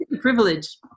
privilege